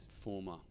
former